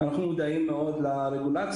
אנחנו מודעים מאוד לרגולציות,